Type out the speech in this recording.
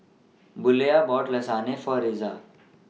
Buelah bought Lasagne For Iza